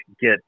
get